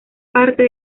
parte